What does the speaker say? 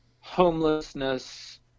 homelessness